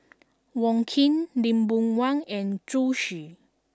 Wong Keen Lee Boon Wang and Zhu Xu